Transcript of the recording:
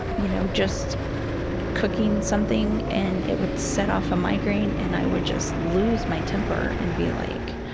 you know, just cooking something. and it would set off a migraine. and i would just lose my temper and be like,